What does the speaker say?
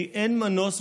כי אין מנוס.